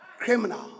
criminal